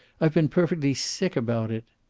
i've been perfectly sick about it!